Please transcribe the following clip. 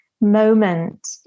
Moment